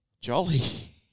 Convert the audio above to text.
Jolly